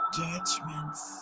judgments